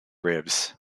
ribs